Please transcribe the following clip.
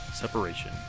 separation